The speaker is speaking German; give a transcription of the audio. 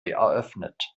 eröffnet